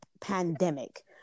pandemic